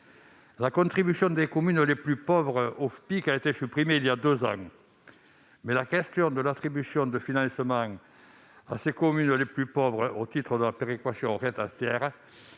La contribution des communes les plus pauvres au FPIC a été supprimée il y a deux ans. Cependant, la question de l'attribution de financements à ces communes les plus pauvres au titre de la péréquation reste entière.